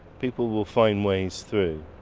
people will find ways through.